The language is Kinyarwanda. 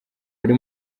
bari